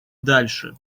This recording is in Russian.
дальше